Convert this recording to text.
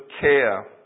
care